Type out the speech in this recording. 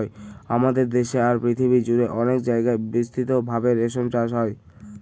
আমাদের দেশে আর পৃথিবী জুড়ে অনেক জায়গায় বিস্তৃত ভাবে রেশম চাষ হয়